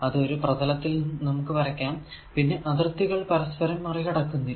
അത് ഒരു പ്രതലത്തിൽ നമുക്ക് വരക്കാം പിന്നെ അതിർത്തികൾ പരസ്പരം മറികടക്കുന്നില്ല